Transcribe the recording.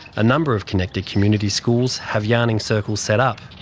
a number of connected communities schools have yarning circles set up.